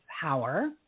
power –